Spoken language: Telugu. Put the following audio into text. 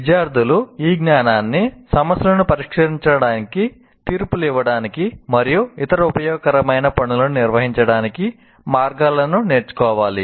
విద్యార్థులు ఈ జ్ఞానాన్ని సమస్యలను పరిష్కరించడానికి తీర్పులు ఇవ్వడానికి మరియు ఇతర ఉపయోగకరమైన పనులను నిర్వహించడానికి మార్గాలను నేర్చుకోవాలి